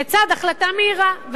לצד החלטה מהירה,